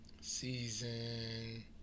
Season